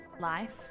life